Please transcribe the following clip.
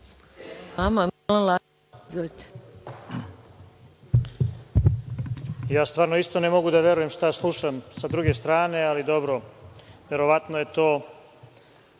Ja stvarno isto ne mogu da verujem šta slušam sa druge strane ali dobro, verovatno je to